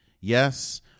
Yes